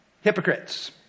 Hypocrites